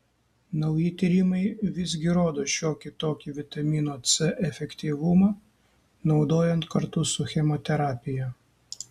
nauji tyrimai visgi rodo šiokį tokį vitamino c efektyvumą naudojant kartu su chemoterapija